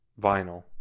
vinyl